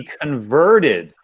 converted